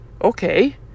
okay